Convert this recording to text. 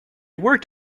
worked